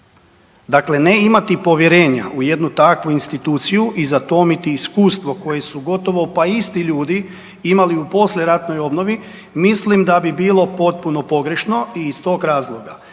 Dakle ne imati povjerenja u jednu takvu instituciju i zatomiti iskustvo koje su gotovo pa isti ljudi imali u poslijeratnoj obnovi, mislim da bi bilo potpuno pogrešno i iz tog razloga,